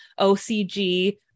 ocg